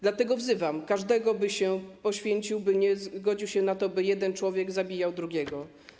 Dlatego wzywam każdego, by się poświęcił, by nie zgodził się na to, by jeden człowiek zabijał drugiego.